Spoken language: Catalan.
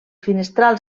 finestrals